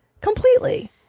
Completely